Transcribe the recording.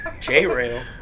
J-Rail